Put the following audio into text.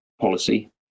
policy